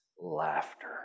laughter